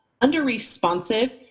under-responsive